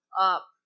up